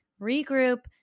regroup